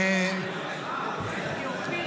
אופיר,